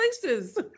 places